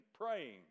praying